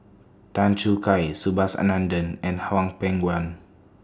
Tan Choo Kai Subhas Anandan and Hwang Peng Yuan